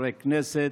חברי הכנסת,